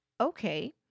Okay